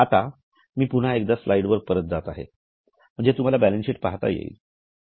आता मी पुन्हा एकदा स्लाइड वर परत जात आहे म्हणजे तुम्हाला बॅलन्स शीट पाहता येईल